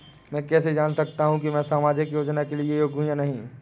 मैं कैसे जान सकता हूँ कि मैं सामाजिक योजना के लिए योग्य हूँ या नहीं?